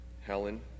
Helen